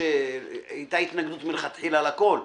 היתה התנגדות מלכתחילה על הכל.